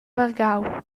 vargau